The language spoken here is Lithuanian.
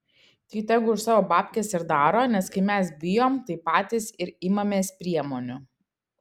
tai tegu už savo babkes ir daro nes kai mes bijom tai patys ir imamės priemonių